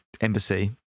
embassy